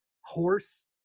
horse